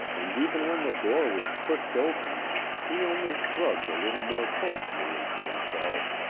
and even when the door was pushed open he only shrugged a little more closely into himself,